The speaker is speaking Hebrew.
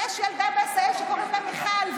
יש ילדה בעשהאל שקוראים לה מיכל,